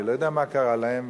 אני לא יודע מה קרה להם,